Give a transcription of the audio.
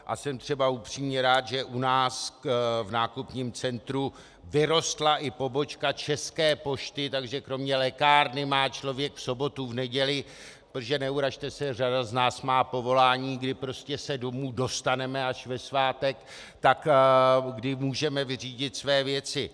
A jsem třeba upřímně rád, že u nás v nákupním centru vyrostla i pobočka České pošty, takže kromě lékárny má člověk v sobotu, v neděli, protože neurazte se řada z nás má povolání, kdy se prostě domů dostaneme až ve svátek, kdy můžeme vyřídit své věci.